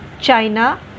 china